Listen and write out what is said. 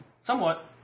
Somewhat